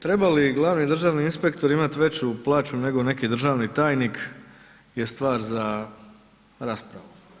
Treba li glavni državni inspektor imati veću plaću nego neki državni tajnik je stvar za raspravu.